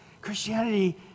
Christianity